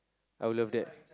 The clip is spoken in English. I will love that